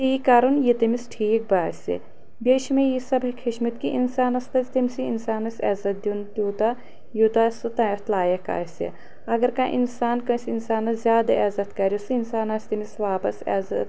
تی کرُن یہِ تٔمِس ٹھیٖک باسہِ بیٚیہِ چھ مےٚ یہِ سبق ہیٚچھمٕتۍ کہِ انسانس پزِ تٔمسٕے انسانس عیزت دیُن تیوٗتاہ یوٗتاہ سُہ تتھ لایق آسہِ اگر کانٛہہ انسان کٲنٛسہِ انسانس زیادٕ عیزت کرِ سُہ انسان آسہِ تٔمِس واپس عیزت